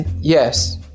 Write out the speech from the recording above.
Yes